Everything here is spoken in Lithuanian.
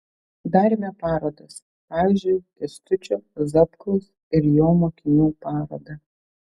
darėme parodas pavyzdžiui kęstučio zapkaus ir jo mokinių parodą